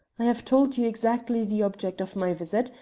i have told you exactly the object of my visit,